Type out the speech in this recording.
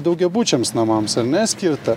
daugiabučiams namams ar ne skirta